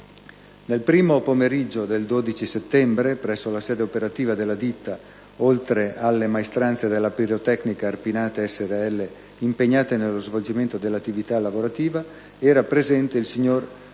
Nel primo pomeriggio del 12 settembre, presso la sede operativa della ditta, oltre alle maestranze della Pirotecnica Arpinate srl impegnate nello svolgimento dell'attività lavorativa, era presente il signor